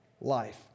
life